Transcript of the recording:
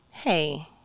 Hey